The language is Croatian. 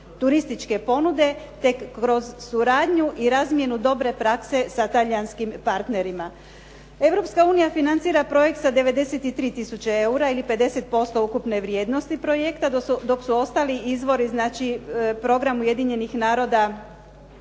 turističke ponude te kroz suradnju i razmjenu dobre prakse sa talijanskim partnerima. Europska unija financira projekt sa 93 tisuće eura ili 50% ukupne vrijednosti projekta, dok su ostali izvori znači program Ujedinjenih naroda